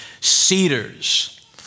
cedars